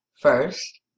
first